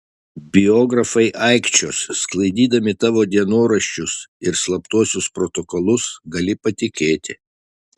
biografai aikčios sklaidydami tavo dienoraščius ir slaptuosius protokolus gali patikėti